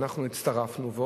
ואנחנו הצטרפנו,